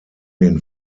den